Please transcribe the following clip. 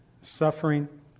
suffering